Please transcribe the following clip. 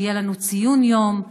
שיהיה לנו ציון יום,